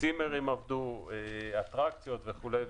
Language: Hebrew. צימרים עבדו, אטרקציות וכולי.